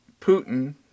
Putin